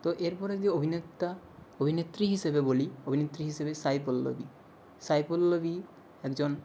তো এর পরে যে অভিনেতা অভিনেত্রী হিসেবে বলি অভিনেত্রী হিসেবে সাই পল্লবী সাই পল্লবী একজন